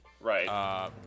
Right